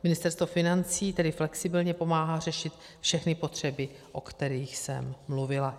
Ministerstvo financí tedy flexibilně pomáhá řešit všechny potřeby, o kterých jsem mluvila.